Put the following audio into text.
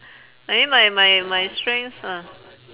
I mean my my my strengths are